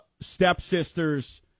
stepsister's